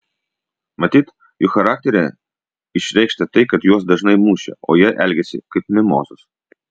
matyt jų charakteryje išreikšta tai kad juos dažnai mušė o jie elgėsi kaip mimozos